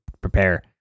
prepare